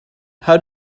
how